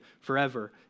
forever